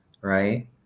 Right